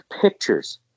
pictures